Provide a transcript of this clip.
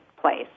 place